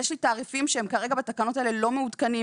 יש לי תעריפים שהם כרגע לא מעודכנים בתקנות האלה.